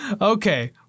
Okay